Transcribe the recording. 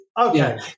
Okay